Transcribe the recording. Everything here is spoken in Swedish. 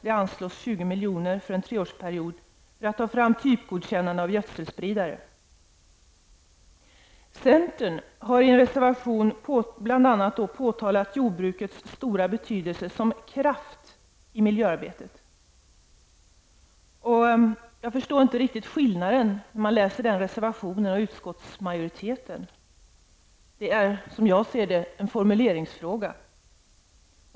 Det anslås 20 miljoner för en treårsperiod för att ta fram typgodkännande av gödselspridare. Centern har i en reservation bl.a. påpekat jordbrukets stora betydelse som kraft i miljöarbetet. Jag förstår inte riktigt skillnaden mellan reservationstexten och utskottsmajoritetens text. Detta är, som jag ser det, en formuleringsfråga.